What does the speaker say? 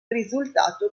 risultato